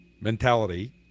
mentality